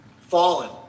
fallen